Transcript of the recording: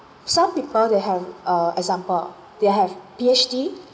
some prefer to have a example they have P_H_D